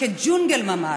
כג'ונגל ממש.